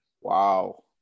Wow